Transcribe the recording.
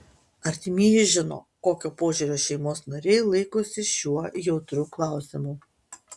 artimieji žino kokio požiūrio šeimos nariai laikosi šiuo jautriu klausimu